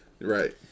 Right